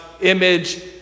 image